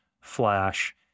flash